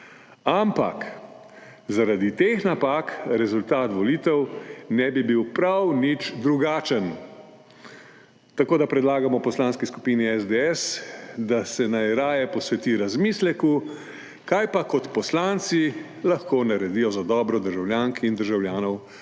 ampak zaradi teh napak rezultat volitev ne bi bil prav nič drugačen. Tako da predlagamo Poslanski skupini SDS, da se naj raje posveti razmisleku, kaj pa kot poslanci lahko naredijo za dobro državljank in državljanov, kar